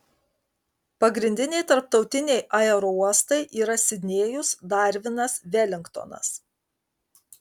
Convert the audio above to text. pagrindiniai tarptautiniai aerouostai yra sidnėjus darvinas velingtonas